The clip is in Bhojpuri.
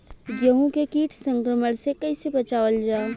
गेहूँ के कीट संक्रमण से कइसे बचावल जा?